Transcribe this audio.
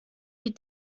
die